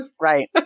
Right